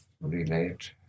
relate